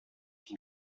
zum